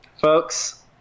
Folks